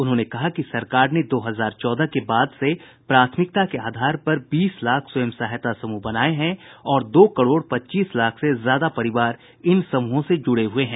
उन्होंने कहा कि सरकार ने दो हजार चौदह के बाद से प्राथमिकता के आधार पर बीस लाख स्वयं सहायता समूह बनाए हैं और दो करोड़ पच्चीस लाख से ज्यादा परिवार इन समूहों से जुड़े हुए हैं